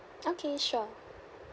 okay sure